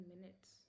minutes